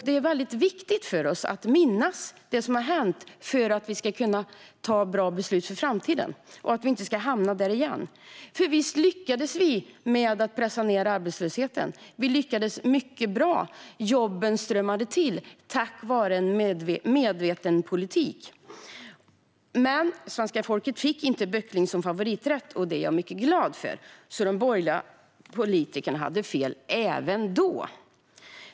Det är väldigt viktigt för oss att minnas det som har hänt för att kunna ta bra beslut för framtiden, så att vi inte hamnar i samma svårigheter igen. Visst lyckade vi pressa ned arbetslösheten! Vi lyckades mycket bra. Jobben strömmade till, tack vare en medveten politik. Svenska folket fick dock inte böckling som favoriträtt, och det är jag mycket glad för. De borgerliga politikerna hade alltså fel även där.